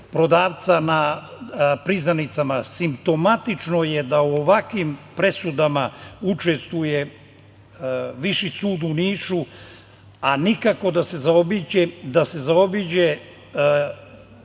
prodavca na priznanicama. Simptomatično je da u ovakvim presudama učestvuje Viši sud u Nišu, a nikako da se zaobiđe